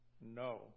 No